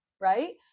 right